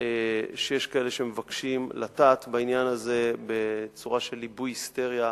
שיש כאלה שמבקשים לטעת בעניין הזה בצורה של ליבוי היסטריה,